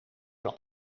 zal